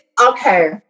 Okay